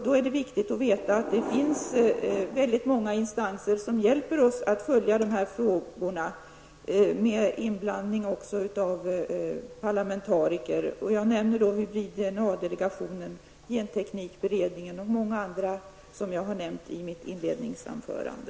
Då är det viktigt att veta att det finns många instanser som hjälper oss att följa dessa frågor, med inblandning av parlamentariker. Jag nämnde hybrid-DNA delegationen, genteknikberedningen och många andra i mitt inledningsanförande.